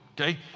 okay